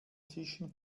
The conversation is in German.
tischen